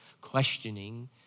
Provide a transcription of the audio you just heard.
questioning